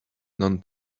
non